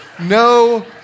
no